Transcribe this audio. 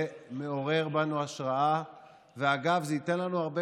אני יודע שזה לא יעזור לי אם אני אגיד שזה לא בסדר,